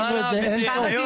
אמרנו את זה גם בפעם הקודמת.